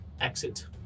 exit